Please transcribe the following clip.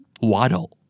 Waddle